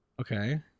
Okay